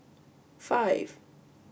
five